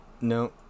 No